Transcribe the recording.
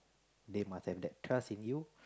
they must have that trust in you